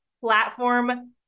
platform